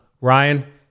Ryan